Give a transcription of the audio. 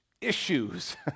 issues